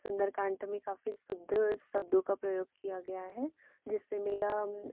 सुंदरकांड में काफ़ी शुद्ध शब्दों का प्रयोग किया गया है जिससे मेरा